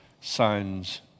signs